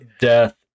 death